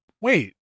wait